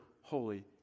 holy